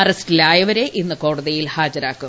അറസ്റ്റിലായവരെ ഇന്ന് കോടതിയിൽ ഹാജരാക്കും